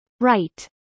Right